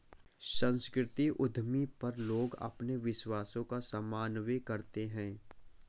सांस्कृतिक उद्यमी पर लोग अपने विश्वासों का समन्वय कर सकते है